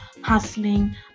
hustling